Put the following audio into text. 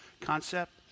concept